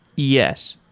yes.